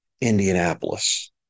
Indianapolis